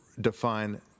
define